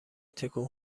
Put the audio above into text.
تکون